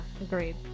agreed